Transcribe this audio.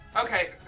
Okay